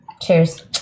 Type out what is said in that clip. Cheers